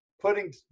putting